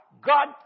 God